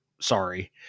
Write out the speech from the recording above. Sorry